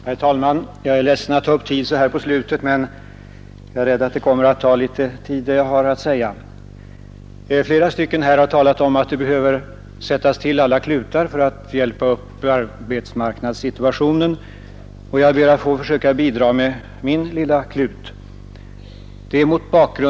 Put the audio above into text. Herr talman! Jag är ledsen över att det jag har att säga så här i slutet av debatten kommer att ta litet tid. Flera talare har sagt att vi behöver sätta till alla klutar för att hjälpa upp arbetsmarknadssituationen och jag skall försöka bidra med min lilla klut.